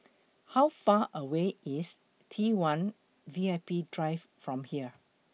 How Far away IS T one V I P Drive from here